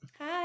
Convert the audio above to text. Hi